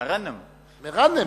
לא,